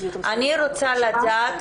אני רוצה לדעת,